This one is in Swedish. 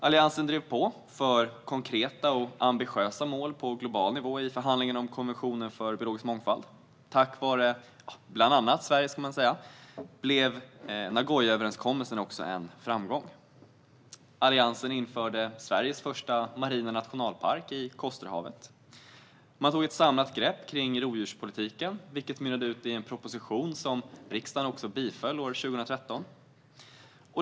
Alliansen drev på för konkreta och ambitiösa mål på global nivå i förhandlingarna om konventionen för biologisk mångfald, och tack vare bland annat Sverige blev Nagoyaöverenskommelsen en framgång. Alliansen införde Sveriges första marina nationalpark i Kosterhavet. Man tog ett samlat grepp om rovdjurspolitiken, vilket mynnade ut i en proposition som riksdagen biföll år 2013.